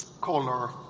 color